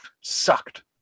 Sucked